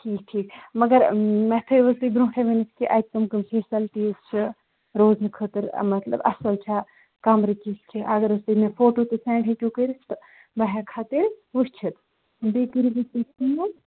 ٹھیٖک ٹھیٖک مگر مےٚ تھٲیوٕ تُہۍ برٛونٛٹھٕے ؤنِتھ کہِ اَتہِ کٕم کٕم فیسَلٹیٖز چھِ روزنہٕ خٲطرٕ مطلب اَصٕل چھا کَمرٕ کِتھ چھِ اگر حظ تُہۍ مےٚ فوٹوٗ تہِ سیٚنٛڈ ہیٚکِو کٔرِتھ تہٕ بہٕ ہٮ۪کہٕ ہا تیٚلہِ وٕچھِتھ بیٚیہِ کٔرِو أسۍ تُہۍ فون